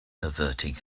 averting